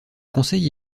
conseil